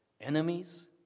enemies